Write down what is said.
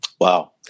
Wow